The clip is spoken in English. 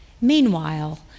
Meanwhile